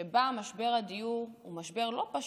שבה משבר הדיור הוא משבר לא פשוט,